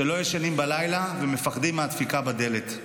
שלא ישנים בלילה ומפחדים מהדפיקה בדלת?